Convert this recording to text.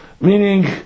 meaning